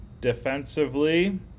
Defensively